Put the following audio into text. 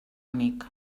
amic